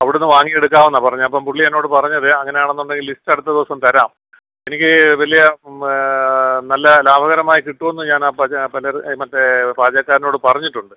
അവിടുന്ന് വാങ്ങി എടുക്കാം എന്നാണ് പറഞ്ഞത് അപ്പം പുള്ളി എന്നോട് പറഞ്ഞത് അങ്ങനെയാണ് എന്നുണ്ടെങ്കിൽ ലിസ്റ്റ് അടുത്ത ദിവസം തരാം എനിക്ക് വലിയ നല്ല ലാഭകരമായി കിട്ടുമെന്ന് ഞാൻ അപ്പം മറ്റേ പാചകക്കാരനോട് പറഞ്ഞിട്ടുണ്ട്